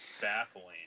baffling